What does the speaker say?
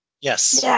Yes